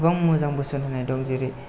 गोबां मोजां बोसोन होनाय दं जेरै